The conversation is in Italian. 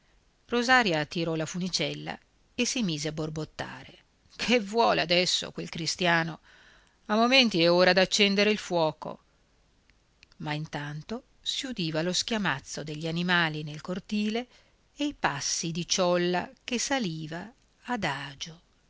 rosaria tirò la funicella e si mise a borbottare che vuole adesso quel cristiano a momenti è ora d'accendere il fuoco ma intanto si udiva lo schiamazzo degli animali nel cortile e i passi di ciolla che saliva adagio